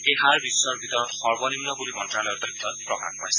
এই হাৰ বিশ্বৰ ভিতৰত সৰ্বনিম্ন বুলি মন্ত্যালয়ৰ তথ্যত প্ৰকাশ পাইছে